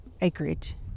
acreage